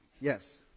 Yes